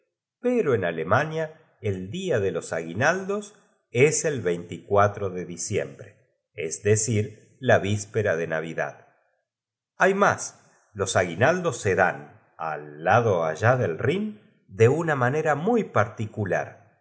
pero en alemania el día por respet á tan respetable tapadera a de jos aguinaldos es el de diciembre llevar siempro el sombrero deb tjo del braes decir la vispera de navidad hay más zo por lo demas el ojo que le quedaba los aguinaldos se dan al iado allá del rhin era vivo y brillanto y parecía no sólo hade una manera muy particular